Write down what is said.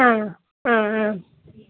ആ ആ ആ